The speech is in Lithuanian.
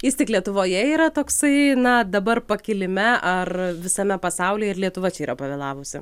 jis tik lietuvoje yra toksai na dabar pakilime ar visame pasaulyj ir lietuva čia yra pavėlavusi